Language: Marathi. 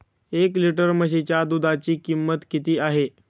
एक लिटर म्हशीच्या दुधाची किंमत किती आहे?